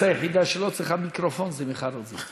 חברת הכנסת היחידה שלא צריכה מיקרופון זו מיכל רוזין.